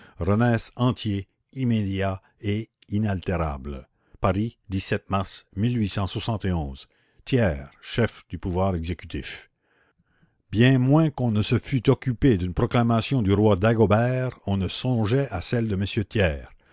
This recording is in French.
renaisse entier immédiat et inaltérable aris mars chef du pouvoir exécutif bien moins qu'on ne se fût occupé d'une proclamation du roi dagobert on ne songeait à celle de m thiers